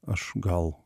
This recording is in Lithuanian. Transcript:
aš gal